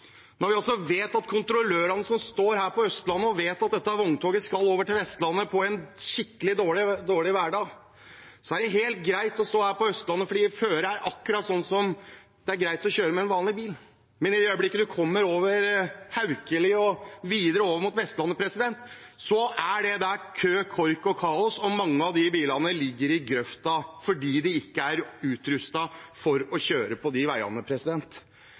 når vi vet at kontrollørene som står her på Østlandet, vet at vogntoget skal over til Vestlandet på en skikkelig dårlig værdag. Det er helt greit å stå her på Østlandet fordi føret er akkurat sånn at det er greit å kjøre med en vanlig bil. Men i det øyeblikket du kommer over Haukeli og videre over mot Vestlandet, er det kø, kork og kaos. Mange av de bilene ligger i grøfta fordi de ikke er utrustet for å kjøre på de veiene.